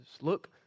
Look